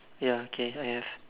ya okay I have